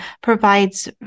provides